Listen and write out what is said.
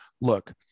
look